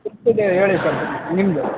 fifth day ಹೇಳಿ sir ನಿಮ್ಮದು